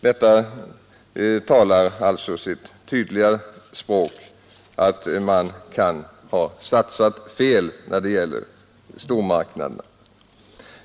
Detta talar alltså sitt tydliga språk om att man kan ha satsat fel när det gäller stormarknaderna.